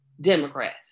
Democrat